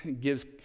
gives